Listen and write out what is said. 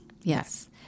Yes